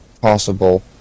possible